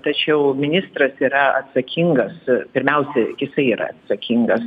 tačiau ministras yra atsakingas pirmiausia jisai yra atsakingas